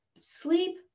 Sleep